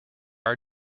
our